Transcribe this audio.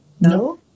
No